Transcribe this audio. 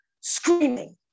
screaming